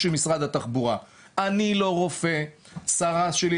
וכשמשרד התחבורה הגיע בשנת